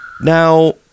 Now